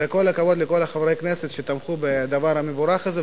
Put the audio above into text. וכל הכבוד לכל חברי הכנסת שתמכו בדבר המבורך הזה.